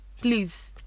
Please